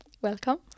Welcome